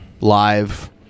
live